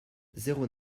zéro